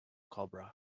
cobra